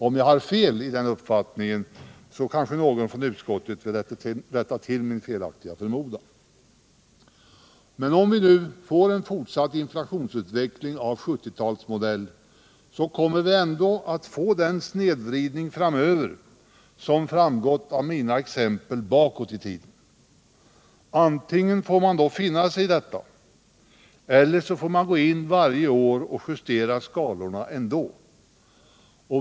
Om jag har fel i den uppfattningen kanske någon från utskottet kan rätta till min felaktiga förmodan. Men om det nu blir en fortsatt inflationsutveckling av 1970-talsmodell kommer vi ändå att få den snedvridning framöver som framgått av mina exempel bakåt i tiden. Antingen får man då finna sig i detta eller också får man gå in varje år och justera skalorna ändå.